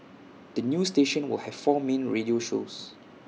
the new station will have four main radio shows